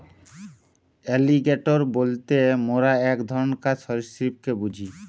alligator বলতে মোরা এক ধরণকার সরীসৃপকে বুঝি